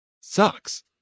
sucks